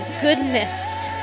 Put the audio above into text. goodness